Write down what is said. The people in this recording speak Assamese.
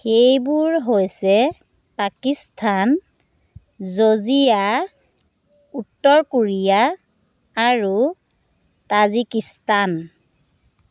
সেইবোৰ হৈছে পাকিস্তান জৰ্জিয়া উত্তৰ কোৰিয়া আৰু তাজিকিস্তান